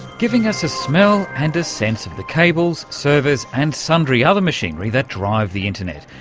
giving us a smell and a sense of the cables, servers and sundry other machinery that drive the internet,